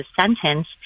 sentence